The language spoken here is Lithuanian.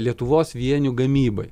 lietuvos vienių gamybai